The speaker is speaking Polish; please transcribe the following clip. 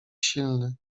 silny